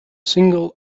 single